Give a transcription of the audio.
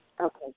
Okay